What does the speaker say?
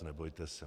Nebojte se.